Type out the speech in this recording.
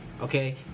Okay